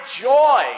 joy